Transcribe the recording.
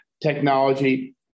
technology